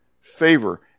favor